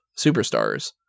Superstars